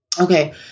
Okay